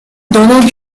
donald